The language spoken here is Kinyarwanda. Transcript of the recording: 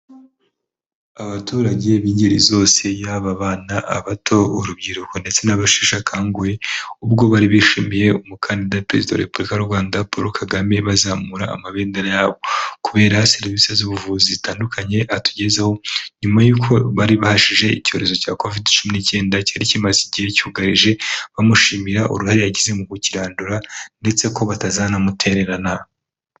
Abaturage b'ingeri zose yaba abana bana bato, urubyiruko ndetse n'abasheshe akanguhe ubwo bari bishimiye umukandida perezida wa repubulika y'u Rwanda Paul Kagame bazamura amabendera yabo, kubera serivisi z'ubuvuzi zitandukanye atugezaho nyuma y'uko bari bahashije icyorezo cya covid cumi n'ikenda cyari kimaze igihe cyugarije, bamushimira uruhare yagize mu kukirandura ndetse ko batazanamutererana.